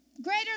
Greater